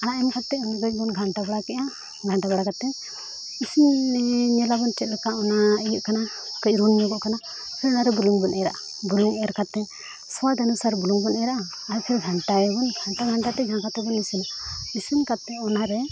ᱟᱲᱟᱜ ᱮᱢ ᱠᱟᱛᱮ ᱩᱱᱤ ᱡᱚᱦᱚᱜ ᱵᱚᱱ ᱜᱷᱟᱱᱴᱟ ᱵᱟᱲᱟ ᱠᱮᱫᱼᱟ ᱜᱷᱟᱱᱴᱟ ᱵᱟᱲᱟ ᱠᱟᱛᱮᱫ ᱤᱥᱤᱱ ᱧᱮᱞᱟᱵᱚᱱ ᱪᱮᱫ ᱞᱮᱠᱟ ᱚᱱᱟ ᱤᱭᱟᱹᱜ ᱠᱟᱱᱟ ᱠᱟᱹᱡ ᱨᱩᱱ ᱧᱚᱜᱚᱜ ᱠᱟᱱᱟ ᱯᱷᱤᱨ ᱚᱱᱟᱨᱮ ᱵᱩᱞᱩᱝ ᱵᱚᱱ ᱮᱨᱟᱜᱼᱟ ᱵᱩᱞᱩᱝ ᱮᱨ ᱠᱟᱛᱮᱫ ᱥᱚᱣᱟᱫᱽ ᱟᱱᱩᱥᱟᱨ ᱵᱩᱞᱩᱝ ᱵᱚᱱ ᱮᱨᱟᱜᱼᱟ ᱟᱨ ᱯᱷᱤᱨ ᱜᱷᱟᱱᱴᱟᱭ ᱟᱵᱚᱱ ᱜᱷᱟᱱᱴᱟᱼᱜᱷᱟᱱᱴᱟ ᱛᱮ ᱡᱟᱦᱟᱸ ᱞᱮᱠᱟᱛᱮ ᱵᱚᱱ ᱤᱥᱤᱱᱟ ᱤᱥᱤᱱ ᱠᱟᱛᱮᱫ ᱚᱱᱟ ᱨᱮ